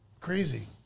crazy